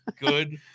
Good